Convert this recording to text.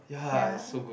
ya